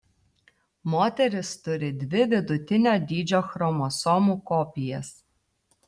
moterys turi dvi vidutinio dydžio chromosomų kopijas